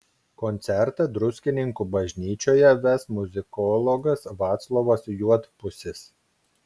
koncertą druskininkų bažnyčioje ves muzikologas vaclovas juodpusis